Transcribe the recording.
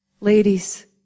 Ladies